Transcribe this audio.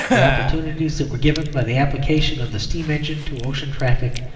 the opportunities that were given by the application of the steam-engine to ocean traffic,